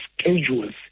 schedules